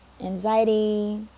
anxiety